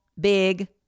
big